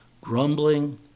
Grumbling